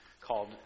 called